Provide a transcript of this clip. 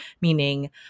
Meaning